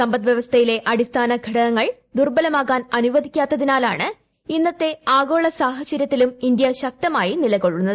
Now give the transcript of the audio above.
സമ്പദ്വൃവസ്ഥയിലെ അടിസ്ഥാനഘടകങ്ങൾ ദുർബലമാകാൻ അനുവദിക്കാത്തതിനാലാണ് ഇന്നത്തെ ആഗോള സാഹചര്യത്തിലും ഇന്ത്യ ശക്തമായി നിലകൊള്ളുന്നത്